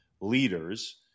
leaders